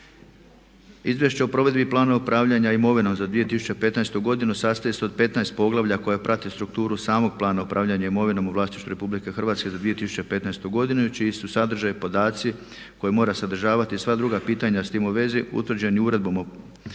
Izvješća o provedbi i planu upravljanja imovine za 2015. godinu sastoji se od 15 poglavlja koja prate strukturu samog plana upravljanja imovinom u vlasništvu Republike Hrvatske za 2015. godinu i čiji su sadržaji podaci koje mora sadržavati i sva druga pitanja s tim u vezi utvrđeni uredbom o propisanim